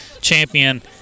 champion